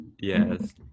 Yes